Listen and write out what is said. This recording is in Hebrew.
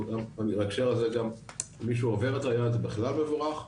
בהקשר הזה מי שעובר את היעד בכלל זה מבורך,